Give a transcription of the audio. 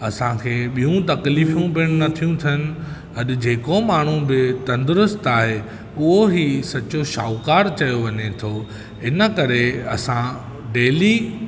असांखे ॿियूं तकलीफ़यूं बि नथियूं थियनि अजु जेको माण्हूं बि तंदरुस्तु आहे उहेही सच्चो शाहूकार चयो वञे थो हिन करे असां डेली